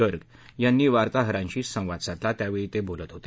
गर्ग यांनी वार्ताहरांशी संवाद साधला त्यावेळी ते बोलत होते